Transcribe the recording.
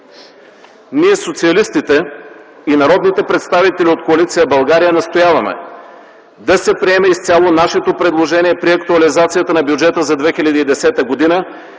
Ние, социалистите и народните представители от Коалиция за България, настояваме: да се приеме изцяло нашето предложение при актуализацията на бюджета за 2010 г. да